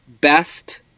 best